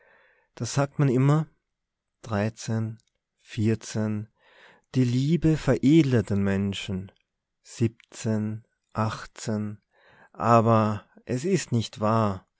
da sagt man immer dreizehn vierzehn die liebe veredle den menschen siebzehn achtzehn aber es ist nicht wahr